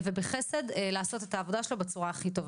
ובחסד לעשות את העבודה שלו בצורה הכי טובה.